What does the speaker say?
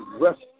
rest